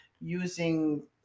using